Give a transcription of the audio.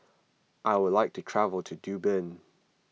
I would like to travel to Dublin